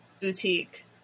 boutique